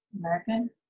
American